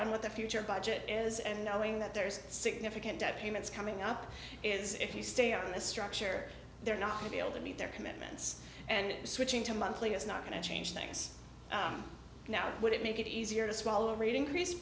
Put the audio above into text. on what the future budget is and knowing that there's significant debt payments coming up is if you stay on a structure they're not going to be able to meet their commitments and switching to monthly is not going to change things now would it make it easier to swallow read increase